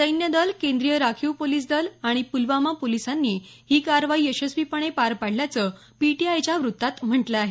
सैन्य दल केंद्रीय राखीव पोलीस दल आणि पुलवामा पोलिसांनी ही कारवाई यशस्वीपणे पार पाडल्याचं पीटीआयच्या व्रत्तात म्हटलं आहे